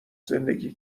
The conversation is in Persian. زندگی